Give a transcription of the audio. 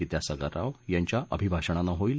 विद्यासागर राव यांच्या अभिभाषणानं होईल